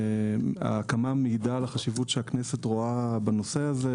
ההקמה מעידה על החשיבות שהכנסת רואה בנושא הזה,